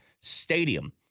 stadium